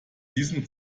diesem